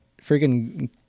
freaking